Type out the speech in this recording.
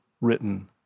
written